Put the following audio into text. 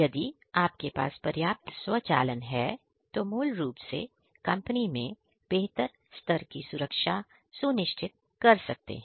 यदि आपके पास पर्याप्त स्वचालन है तो मूल रूप से कंपनी में बेहतर स्तर की सुरक्षा सुनिश्चित कर सकते हैं